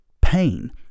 pain